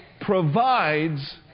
provides